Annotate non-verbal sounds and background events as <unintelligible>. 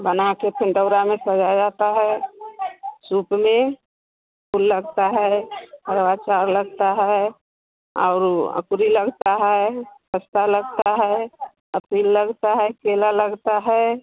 बनाकर फ़िर दउरा में सजाया जाता है सूप में फूल लगता है <unintelligible> लगता है और ऊ अकुरी लगता है खस्ता लगता है फ़िर लगता है केला लगता है